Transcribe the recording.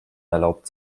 erlaubt